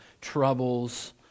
troubles